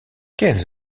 quelles